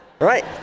Right